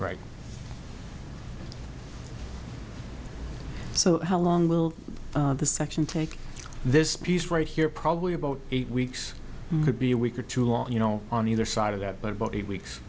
right so how long will this section take this piece right here probably about eight weeks to be a week or two long you know on either side of that but about eight weeks